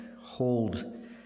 hold